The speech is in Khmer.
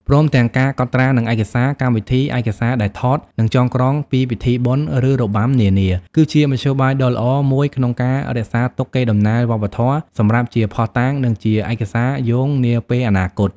ព្រមទាំងការកត់ត្រា និងឯកសារ កម្មវិធីឯកសារដែលថត និងចងក្រងពីពិធីបុណ្យ ឬរបាំនានា គឺជាមធ្យោបាយដ៏ល្អមួយក្នុងការរក្សាទុកកេរដំណែលវប្បធម៌សម្រាប់ជាភស្តុតាង និងជាឯកសារយោងនាពេលអនាគត។